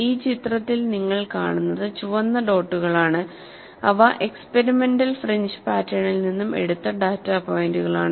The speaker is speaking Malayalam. ഈ ചിത്രത്തിൽ നിങ്ങൾ കാണുന്നത് ചുവന്ന ഡോട്ടുകളാണ് അവ എക്സ്പെരിമെന്റൽ ഫ്രിഞ്ച് പാറ്റേണിൽ നിന്നും എടുത്ത ഡാറ്റാ പോയിൻറുകളാണ്